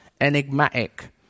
enigmatic